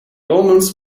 omens